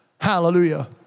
Hallelujah